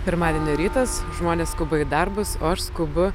pirmadienio rytas žmonės skuba į darbus o aš skubu